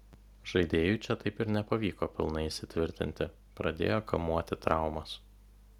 žaidėjui čia taip ir nepavyko pilnai įsitvirtinti pradėjo kamuoti traumos